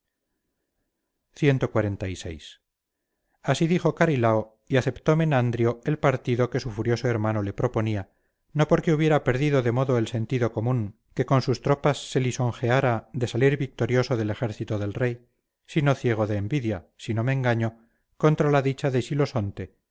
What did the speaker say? cxlvi así dijo carilao y aceptó menandrio el partido que su furioso hermano le proponía no porque hubiera perdido de modo el sentido común que con sus tropas se lisonjeara de salir victorioso del ejército del rey sino ciego de envidia si no me engaño contra la dicha de silosonte no